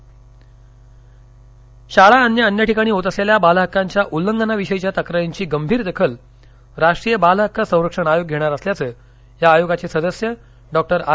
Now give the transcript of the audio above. बालहक्क गडचिरोली शाळा आणि अन्य ठिकाणी होत असलेल्या बालहक्कांच्या उल्लंघना विषयीच्या तक्रारींची गंभीर दखल राष्ट्रीय बाल हक्क संरक्षण आयोग घेणार असल्याचं या आयोगाचे सदस्य डॉक्टर आर